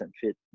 fit